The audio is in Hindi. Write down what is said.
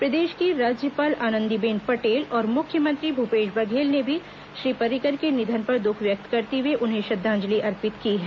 प्रदेश की राज्यपाल आनंदीबेन पटेल और मुख्यमंत्री भूपेश बघेल ने भी श्री पर्रिकर के निधन पर दुख व्यक्त करते हुए उन्हें श्रद्वांजलि अर्पित की है